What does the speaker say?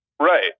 Right